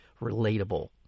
relatable